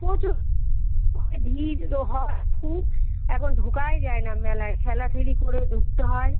প্রচুর করে ভিড়ও হয় খুব এখন ঢোকাই যায় না মেলায় ঠেলাঠেলি করে ঢুকতে হয়